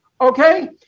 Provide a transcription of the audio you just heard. Okay